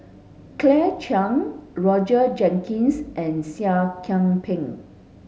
Claire Chiang Roger Jenkins and Seah Kian Peng